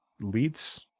leads